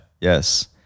Yes